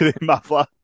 muffler